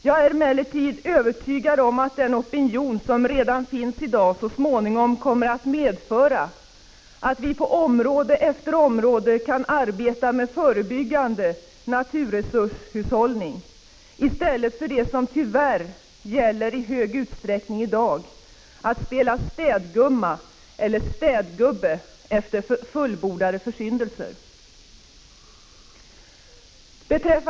Jag är emellertid övertygad om att den opinion som redan finns så småningom kommer att medföra att vi på område efter område kan arbeta med förebyggande naturresurshushållning i stället för det som tyvärr gäller i hög utsträckning i dag — att spela städgumma eller städgubbe efter fullbordade försyndelser.